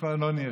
כבר לא נראה.